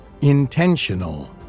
intentional